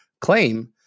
claim